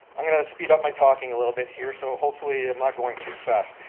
i'm going to speed up my talking a little bit here so hopefully i'm not going too fast.